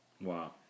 Wow